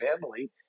family